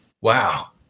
Wow